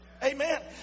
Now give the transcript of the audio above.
Amen